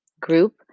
group